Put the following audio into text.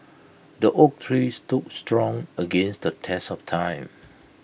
the oak tree stood strong against the test of time